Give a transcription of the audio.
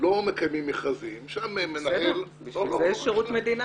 לא מקיימים מכרזים, שם מנהל --- זה שירות מדינה